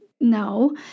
no